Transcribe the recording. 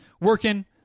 working